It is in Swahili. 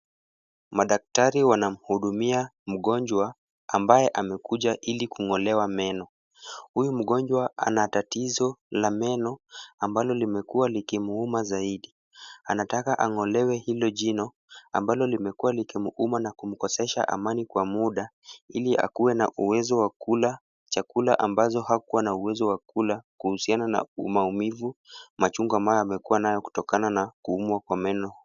Madaktari wanamhudumia mgonjwa ambaye amekuja ili kung'olewa meno. Huyu mgonjwa ana tatizo la meno ambalo limekuwa likimuuma zaidi. Anataka ang'olewe hilo jino ambalo limekuwa likimuuma na kumkosesha amani kwa muda ili akuwe na uwezo wa kula chakula ambazo hakuwa na uwezo wa kula kuhusiana na maumivu machungu ambayo amekuwa nayo kutokana na kuumwa kwa meno.